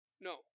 No